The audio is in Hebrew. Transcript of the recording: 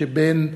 שבין